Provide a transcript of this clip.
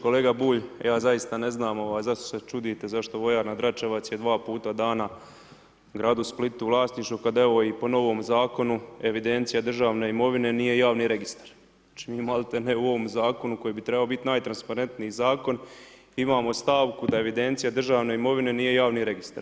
Kolega Bulj, ja zaista ne znam zašto se čudite, zašto vojarna Dračevac je dva puta dana gradu Splitu u vlasništvu kad evo, i po novom Zakonu evidencija državne imovine nije javni registar čime maltene u ovo Zakonu koji bi trebao biti najtransparentniji Zakon imamo stavku da evidencija državne imovine nije javni registar.